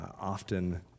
often